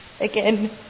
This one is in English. again